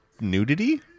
nudity